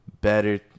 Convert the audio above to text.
better